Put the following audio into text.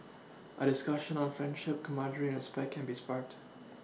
a discussion on friendship camaraderie and respect can be sparked